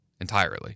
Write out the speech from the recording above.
entirely